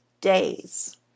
days